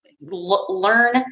learn